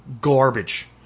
garbage